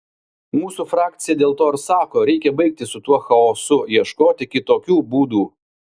mūsų frakcija dėl to ir sako reikia baigti su tuo chaosu ieškoti kitokių būdų